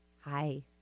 Hi